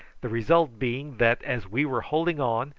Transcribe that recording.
the result being that, as we were holding on,